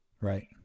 Right